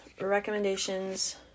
recommendations